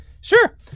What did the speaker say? Sure